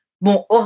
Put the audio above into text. bon